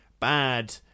bad